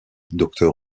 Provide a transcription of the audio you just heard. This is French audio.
docteur